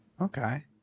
Okay